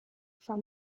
from